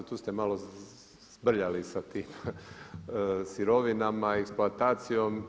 Tu ste malo zbrljali sa tim sirovinama, eksploatacijom.